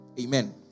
Amen